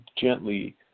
gently